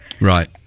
right